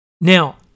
Now